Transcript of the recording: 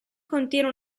contiene